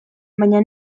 baina